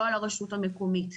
לא על הרשות המקומית.